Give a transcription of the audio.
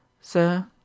sir